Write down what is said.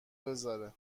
بذاره